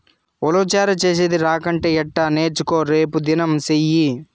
ఉలవచారు చేసేది రాకంటే ఎట్టా నేర్చుకో రేపుదినం సెయ్యి